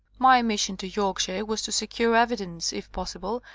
my mission to yorkshire was to secure evidence, if possible,